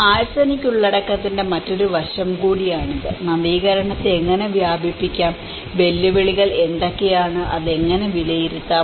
arsenic ഉള്ളടക്കത്തിന്റെ മറ്റൊരു വശം കൂടിയാണിത് നവീകരണത്തെ എങ്ങനെ വ്യാപിപ്പിക്കാം വെല്ലുവിളികൾ എന്തൊക്കെയാണ് അത് എങ്ങനെ വിലയിരുത്താം